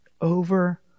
over